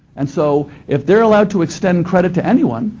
and so if they're allowed to extend credit to anyone,